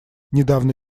недавно